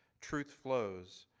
truth flows.